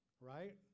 right